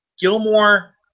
Gilmore